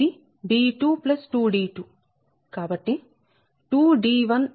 కాబట్టి 2d1 0